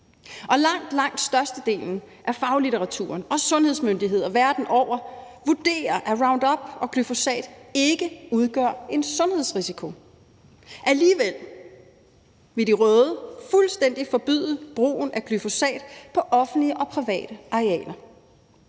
Og langt, langt størstedelen af faglitteraturen og sundhedsmyndigheder verden over vurderer, at Roundup og glyfosat ikke udgør en sundhedsrisiko. Alligevel vil de røde fuldstændig forbyde brugen af glyfosat på offentlige og private arealer